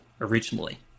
originally